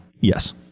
yes